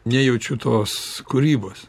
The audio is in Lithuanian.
nejaučiu tos kūrybos